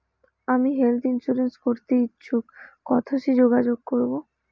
আমি health insurance করতে ইচ্ছুক কথসি যোগাযোগ করবো?